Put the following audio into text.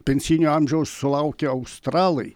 pensinio amžiaus sulaukę australai